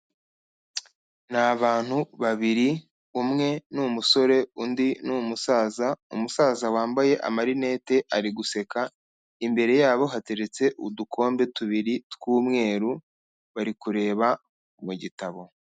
Ni abantu babiri, umwe ni umusore, undi ni umusaza, umusaza wambaye amarinete ari guseka, imbere y'abo hateretse udukombe tubiri tw'umweru, bari kureba mu gitabo.